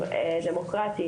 הדמוקרטי